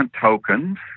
tokens